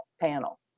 panel